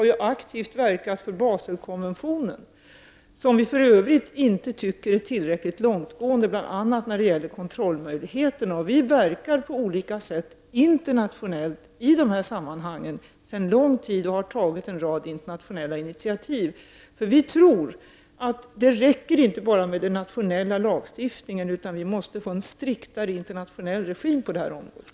Vi har aktivt verkat för Baselkonventionen, som vi för övrigt inte tycker är tillräckligt långtgående bl.a. när det gäller kontrollmöjligheter. Vi verkar på olika sätt internationellt i dessa sammanhang sedan lång tid tillbaka och har tagit en rad internationella initiativ. Vi tror inte att det räcker med bara den nationella lagstiftningen, utan vi måste få en striktare internationell regim på det här området.